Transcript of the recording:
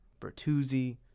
Bertuzzi